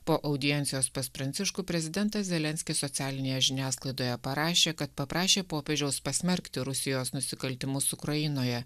po audiencijos pas pranciškų prezidentas zelenskis socialinėje žiniasklaidoje parašė kad paprašė popiežiaus pasmerkti rusijos nusikaltimus ukrainoje